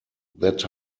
that